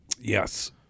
Yes